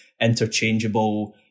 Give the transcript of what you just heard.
interchangeable